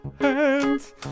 hands